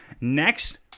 next